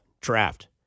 draft